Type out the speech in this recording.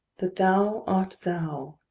that thou art thou,